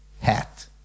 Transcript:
hat